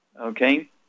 Okay